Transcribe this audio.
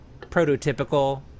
prototypical